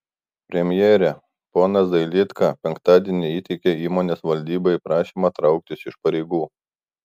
premjere ponas dailydka penktadienį įteikė įmonės valdybai prašymą trauktis iš pareigų